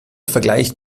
vergleicht